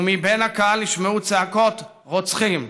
ומבין הקהל נשמעו צעקות: רוצחים.